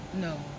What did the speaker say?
no